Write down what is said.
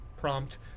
prompt